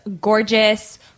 gorgeous